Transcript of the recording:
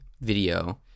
video